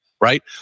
right